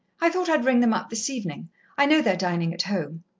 i thought i'd ring them up this evening i know they're dining at home.